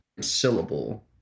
syllable